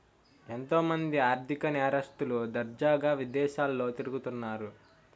ఎంతో మంది ఆర్ధిక నేరస్తులు దర్జాగా విదేశాల్లో తిరుగుతన్నారు